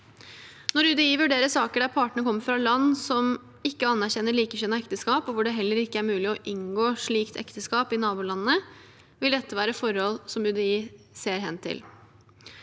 Når UDI vurderer saker der partene kommer fra land som ikke anerkjenner likekjønnede ekteskap og hvor det heller ikke er mulig å inngå slikt ekteskap i nabolandene, vil dette være forhold som UDI ser hen til.